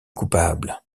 coupable